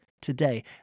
today